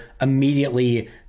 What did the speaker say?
immediately